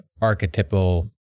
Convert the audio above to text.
archetypal